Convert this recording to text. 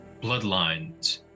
Bloodlines